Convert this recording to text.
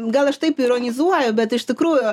gal aš taip ironizuoju bet iš tikrųjų